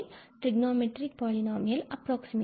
trigonometric polynomial approximation